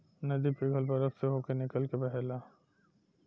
नदी पिघल बरफ से होके निकल के बहेला